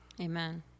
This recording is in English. Amen